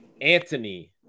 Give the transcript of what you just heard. Anthony